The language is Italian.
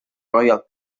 royal